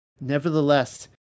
Nevertheless